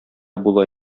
була